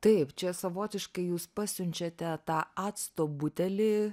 taip čia savotiškai jūs pasiunčiate tą acto butelį